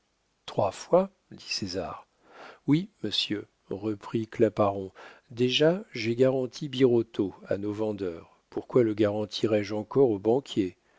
trois fois dit césar oui monsieur reprit claparon déjà j'ai garanti birotteau à nos vendeurs pourquoi le garantirai je encore au banquier